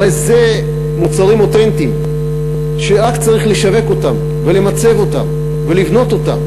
הרי אלה מוצרים אותנטיים שרק צריך לשווק אותם ולמצב אותם ולבנות אותם,